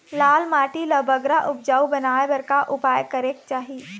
लाल माटी ला बगरा उपजाऊ बनाए बर का उपाय करेक चाही?